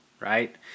right